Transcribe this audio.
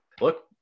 look